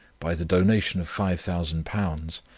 by the donation of five thousand pounds,